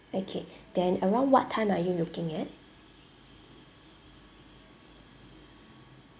okay then around what time are you looking at